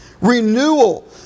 Renewal